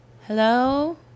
Hello